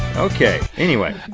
okay, anyway.